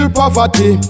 poverty